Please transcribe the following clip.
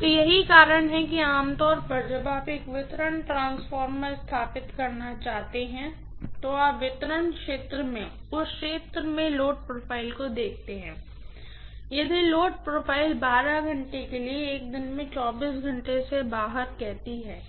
तो यही कारण है कि आप आम तौर पर जब आप एक वितरण ट्रांसफार्मर स्थापित करना चाहते हैं तो आप वितरण क्षेत्र में उस क्षेत्र में लोड प्रोफ़ाइल को देखते हैं और यदि लोड प्रोफ़ाइल 12 घंटे के लिए एक दिन में 24 घंटे से बाहर कहती है